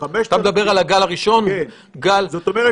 כשמדובר באפליקציה מצילת חיים, למה זה מסונן?